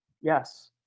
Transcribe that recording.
Yes